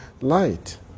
light